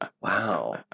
Wow